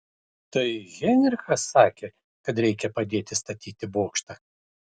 tai heinrichas sakė kad reikia padėti statyti bokštą